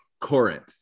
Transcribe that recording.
Corinth